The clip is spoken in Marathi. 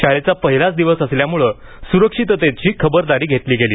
शाळेचा पहिलाच दिवस असल्यानं सुरक्षिततेची खबरदारी घेतली गेली